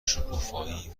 شکوفایی